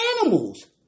Animals